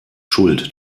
schuld